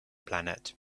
planet